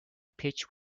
pitch